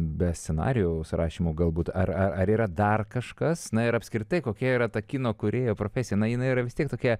be scenarijaus rašymo galbūt ar ar ar yra dar kažkas na ir apskritai kokia yra ta kino kūrėjo profesija na jinai yra vis tiek tokia